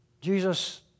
Jesus